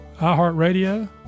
iHeartRadio